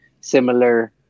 similar